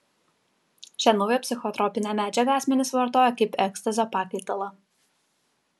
šią naują psichotropinę medžiagą asmenys vartoja kaip ekstazio pakaitalą